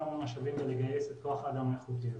משאבים ולגייס את כוח האדם האיכותי הזה.